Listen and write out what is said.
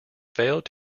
failed